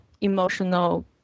emotional